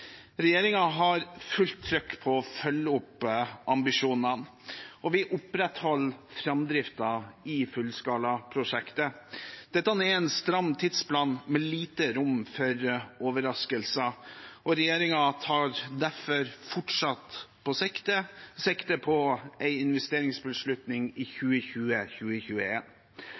har fullt trykk på å følge opp ambisjonene, og vi opprettholder framdriften i fullskalaprosjektet. Dette er en stram tidsplan med lite rom for overraskelser, og regjeringen tar derfor fortsatt sikte på en investeringsbeslutning i